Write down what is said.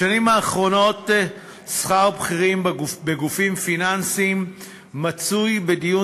בשנים האחרונות שכר בכירים בגופים פיננסיים מצוי בדיון